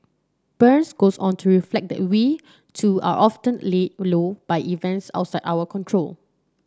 burns goes on to reflect that we too are often laid low by events outside our control